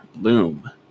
loom